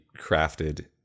crafted